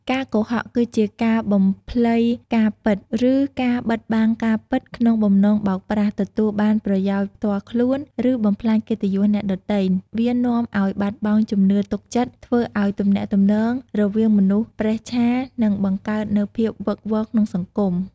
ការកុហក គឺជាការបំភ្លៃការពិត ឬការបិទបាំងការពិត ក្នុងបំណងបោកប្រាស់ ទទួលបានប្រយោជន៍ផ្ទាល់ខ្លួន ឬបំផ្លាញកិត្តិយសអ្នកដទៃ វានាំឱ្យបាត់បង់ជំនឿទុកចិត្ត ធ្វើឲ្យទំនាក់ទំនងរវាងមនុស្សប្រេះឆា និងបង្កើតនូវភាពវឹកវរក្នុងសង្គម។